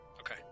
Okay